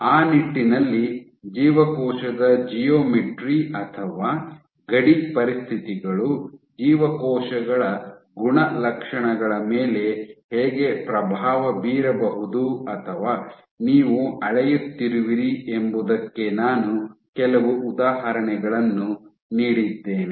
ಆ ನಿಟ್ಟಿನಲ್ಲಿ ಜೀವಕೋಶದ ಜಿಯೋಮೆಟ್ರಿ ಅಥವಾ ಗಡಿ ಪರಿಸ್ಥಿತಿಗಳು ಜೀವಕೋಶಗಳ ಗುಣಲಕ್ಷಣಗಳ ಮೇಲೆ ಹೇಗೆ ಪ್ರಭಾವ ಬೀರಬಹುದು ಅಥವಾ ನೀವು ಅಳೆಯುತ್ತಿರುವಿರಿ ಎಂಬುದಕ್ಕೆ ನಾನು ಕೆಲವು ಉದಾಹರಣೆಗಳನ್ನು ನೀಡಿದ್ದೇನೆ